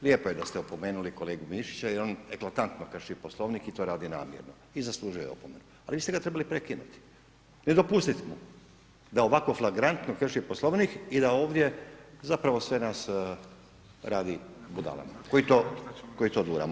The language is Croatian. Lijepo je da ste opomenuli kolegu Mišića jer on eklatantno krši Poslovnik i to radi namjerno i zaslužio je opomenu a vi ste ga trebali prekinuti, ne dopustiti mu da ovako flagrantno krši Poslovnik i da ovdje zapravo sve nas radi budalama koji to duramo.